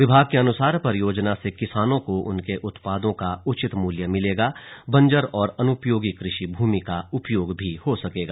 विभाग के अनुसार परियोजना से किसानों को उनके उत्पादों का उचित मूल्य मिलेगा बंजर और अनुपयोगी कृषि भूमि का उपयोग हो सकेगा